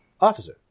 Officer